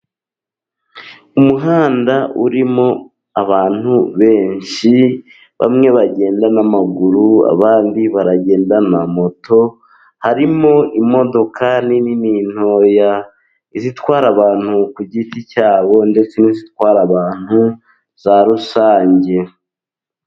Umuhanda urimo abantu benshi ,bamwe bagenda n'amaguru abandi baagenda na moto . Harimo imodoka ntoya izitwara abantu ku giti cyabo ndetse n'izitwara abantu za rusange.